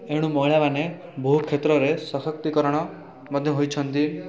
ଏଣୁ ମହିଳାମାନେ ବହୁ କ୍ଷେତ୍ରରେ ସଶକ୍ତିକରଣ ମଧ୍ୟ ହୋଇଛନ୍ତି